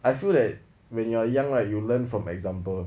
I feel like when you are young lah you learn from example